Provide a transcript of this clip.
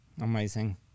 Amazing